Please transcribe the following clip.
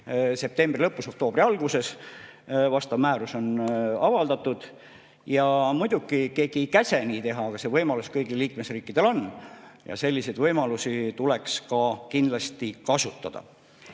septembri lõpus või oktoobri alguses. Vastav määrus on avaldatud. Muidugi keegi ei käsi nii teha, aga see võimalus kõigil liikmesriikidel on. Selliseid võimalusi tuleks ka kindlasti kasutada. Nii